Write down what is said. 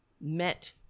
met